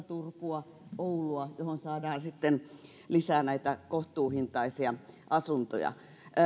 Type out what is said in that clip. turkua oulua joihin saadaan sitten lisää näitä kohtuuhintaisia asuntoja